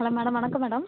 hello madam வணக்கம் madam